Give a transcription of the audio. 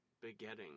begetting